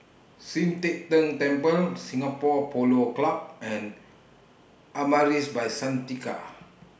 Sian Teck Tng Temple Singapore Polo Club and Amaris By Santika